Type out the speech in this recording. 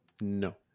no